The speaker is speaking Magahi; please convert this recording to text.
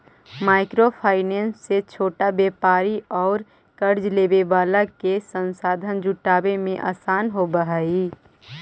माइक्रो फाइनेंस से छोटा व्यापारि औउर कर्ज लेवे वाला के संसाधन जुटावे में आसान होवऽ हई